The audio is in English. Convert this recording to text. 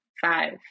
five